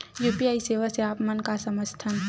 UPI सेवा से आप मन का समझ थान?